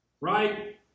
right